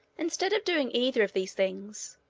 instead of doing either of these things,